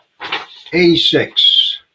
86